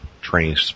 training